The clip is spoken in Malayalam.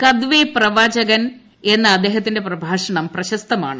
കദ്വെ പ്രവചൻ എന്ന അദ്ദേഹത്തിന്റെ പ്രഭാഷണം പ്രശസ്തമാണ്